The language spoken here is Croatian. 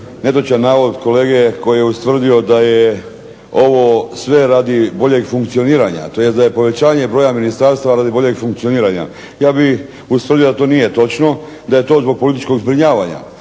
netočan navod kolege koji je ustvrdio da je ovo sve radi boljeg funkcioniranja, tj. da je povećanje broja ministarstva radi boljeg funkcioniranja. Ja bih ustvrdio da to nije točno, da je to zbog političkog zbrinjavanja,